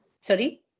sorry